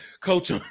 coach